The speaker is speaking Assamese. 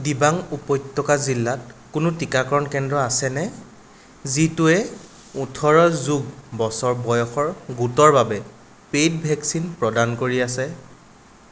দিবাং উপত্যকা জিলাত কোনো টীকাকৰণ কেন্দ্ৰ আছেনে যিটোৱে ওঠৰ যোগ বছৰ বয়সৰ গোটৰ বাবে পে'ইড ভেকচিন প্ৰদান কৰি আছে